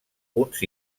uns